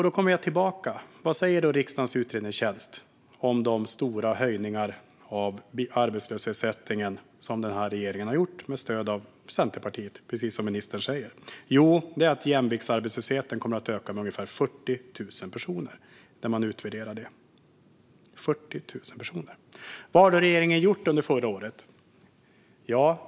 Då kommer jag tillbaka till det som riksdagens utredningstjänst säger om de stora höjningar av arbetslöshetsersättningen som den här regeringen har gjort med stöd av Centerpartiet, precis som ministern säger. Jo, när man utvärderar det ser man att jämviktsarbetslösheten kommer att öka med ungefär 40 000 personer. Vad gjorde regeringen under förra året?